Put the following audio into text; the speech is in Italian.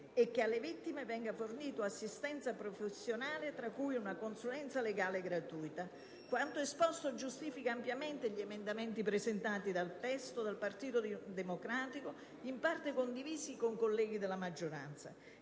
e che alle vittime venga fornita assistenza professionale, tra cui una consulenza legale gratuita. *(Applausi dal Gruppo PdL)*. Quanto esposto giustifica ampiamente gli emendamenti presentati al testo dal Partito Democratico e in parte condivisi con colleghi della maggioranza.